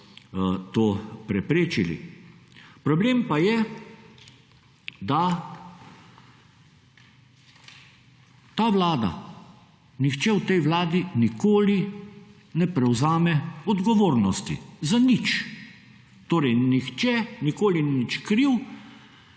to preprečili. Problem pa je, da ta vlada, nihče v tej vladi nikoli ne prevzame odgovornosti za nič. Torej, nihče nikoli ni nič kriv